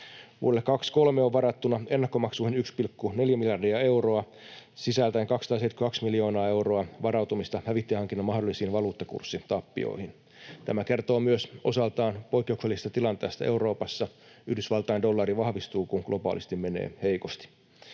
Vuodelle 23 on varattuna ennakkomaksuihin 1,4 miljardia euroa sisältäen 272 miljoonaa euroa varautumista hävittäjähankinnan mahdollisiin valuuttakurssitappioihin. Tämä kertoo myös osaltaan poikkeuksellisesta tilanteesta Euroopassa. Yhdysvaltain dollari vahvistuu, kun globaalisti menee heikosti.